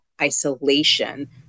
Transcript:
isolation